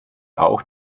auch